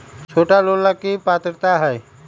छोटा लोन ला की पात्रता है?